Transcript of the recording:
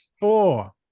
four